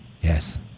Yes